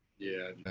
yeah,